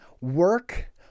work